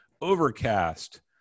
Overcast